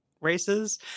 Races